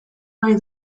nahi